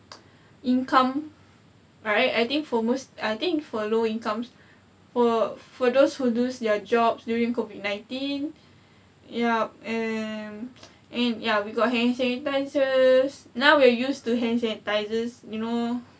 income right I think for most I think for low incomes for for those who lose their jobs during COVID nineteen yup and and ya we got hand sanitizers now we're used to hand sanitizers you know